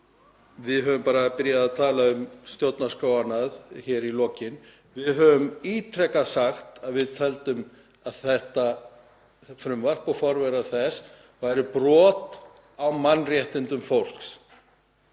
við höfum bara byrjað að tala um stjórnarskrá og annað hér í lokin. Við höfum ítrekað sagt að við teljum að þetta frumvarp og forverar þess séu brot á mannréttindum fólks.